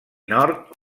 nord